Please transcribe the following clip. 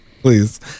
please